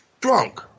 drunk